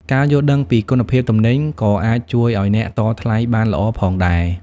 ការយល់ដឹងពីគុណភាពទំនិញក៏អាចជួយឱ្យអ្នកតថ្លៃបានល្អផងដែរ។